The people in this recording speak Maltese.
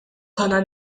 konna